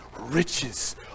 riches